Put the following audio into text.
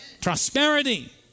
prosperity